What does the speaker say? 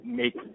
make